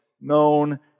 known